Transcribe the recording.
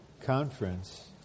conference